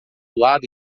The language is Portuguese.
lado